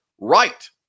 right